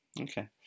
Okay